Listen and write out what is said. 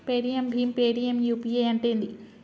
Paytm భీమ్ Paytm UPI అంటే ఏంది?